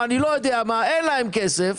אין להם כסף,